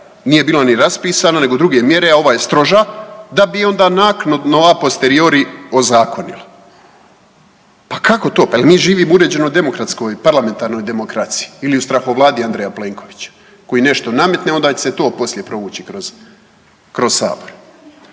nije bilo ni raspisano nego druge mjere, a ova je stroža, da bi onda naknadno a posteriori ozakonilo. Pa kako to, pa jel mi živimo u uređenoj demokratskoj, parlamentarnoj demokraciji ili u strahovladi Andreja Plenkovića koji nešto nametne onda će se to poslije provući kroz, kroz